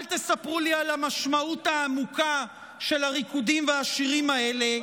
אל תספרו לי על המשמעות העמוקה של הריקודים והשירים האלה,